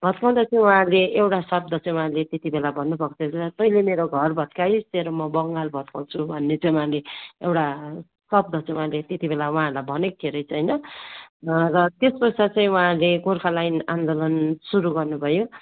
भत्काउँदा चाहिँ उहाँले एउटा शब्द चाहिँ उहाँले त्यति बेला भन्नु भएको थिएछ तैँले मेरो घर भत्काइस् तेरो म बङ्गाल भत्काउँछु भन्ने चाहिँ उहाँले एउटा शब्द चाहिँ उहाँले त्यति बेला उहाँहरूलाई भनेको थियो रहेछ होइन र त्यस पश्चात चाहिँ उहाँले गोर्खाल्यान्ड आन्दोलन सुरु गर्नुभयो